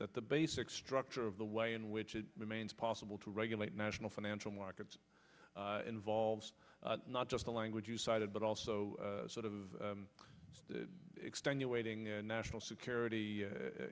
that the basic structure of the way in which it remains possible to regulate national financial markets involves not just the language you cited but also sort of extenuating national security